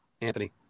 Anthony